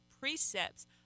precepts